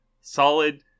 solid